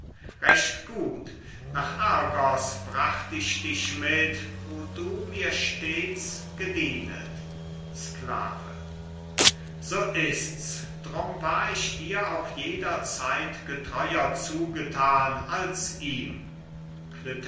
recht gut nach argos bracht ich dich mit wo du mir stets gedient sklave so ist's drum war ich dir auch jederzeit getreuer zugethan als ihm